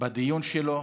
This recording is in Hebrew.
בדיון שלו,